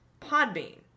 Podbean